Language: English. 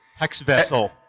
Hexvessel